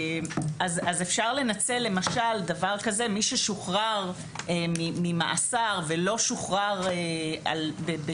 אפשר לנצל למשל דבר כזה שמי ששוחרר ממאסר ולא שוחרר בשחרור